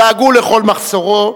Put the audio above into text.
דאגו לכל מחסורו,